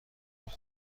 بود